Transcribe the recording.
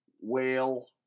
whale